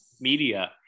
media